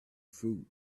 fruits